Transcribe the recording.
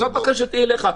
זאת בקשתי אליך.